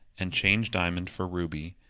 and change diamond for ruby,